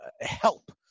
help